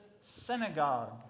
synagogue